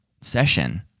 session